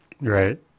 Right